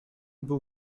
był